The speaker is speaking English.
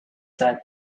that